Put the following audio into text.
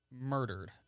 murdered